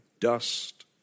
Dust